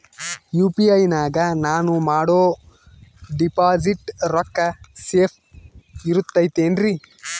UPI ನಾಗ ನಾನು ಮಾಡೋ ಡಿಪಾಸಿಟ್ ರೊಕ್ಕ ಸೇಫ್ ಇರುತೈತೇನ್ರಿ?